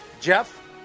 Jeff